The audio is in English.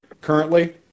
currently